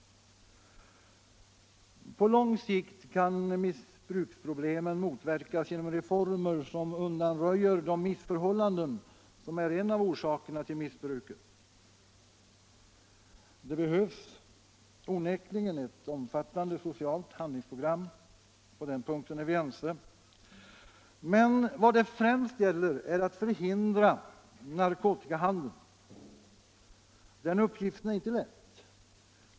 På lång sikt kan missbruksproblemen motverkas genom reformer som undanröjer de missförhållanden som är en av orsakerna till missbruket. Det behövs onekligen ett omfattande socialt handlingsprogram — på den punkten är vi ense — men vad det främst gäller är att förhindra narkotikahandeln. Den uppgiften är inte lätt.